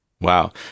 Wow